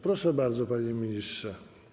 Proszę bardzo, panie ministrze.